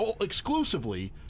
exclusively